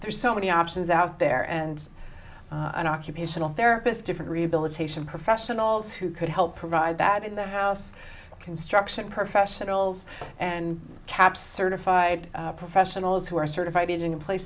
there's so many options out there and an occupational therapist different rehabilitation professionals who could help provide that in the house construction professionals and caps certified professionals who are certified a